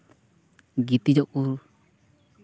ᱜᱤᱛᱤᱡᱚᱜ ᱠᱚ